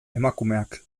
emakumeak